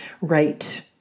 right